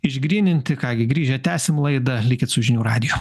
išgryninti ką gi grįžę tęsim laidą likit su žinių radiju